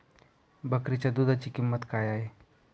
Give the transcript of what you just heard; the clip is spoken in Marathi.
बकरीच्या दूधाची किंमत काय आहे?